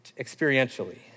Experientially